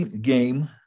game